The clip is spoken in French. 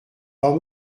pas